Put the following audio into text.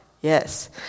yes